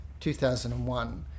2001